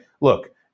Look